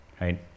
right